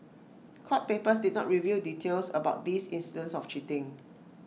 court papers did not reveal details about these incidents of cheating